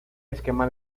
esquema